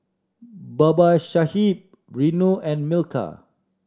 Babasaheb Renu and Milkha